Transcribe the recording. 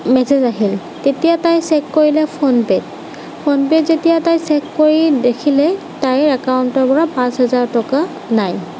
message আহিল তেতিয়া তাই চেক কৰিলে ফোনপে'ত ফোনপে'ত যেতিয়া চেক কৰি দেখিলে তাইৰ একাউণ্টৰ পৰা পাঁচ হাজাৰ টকা নাই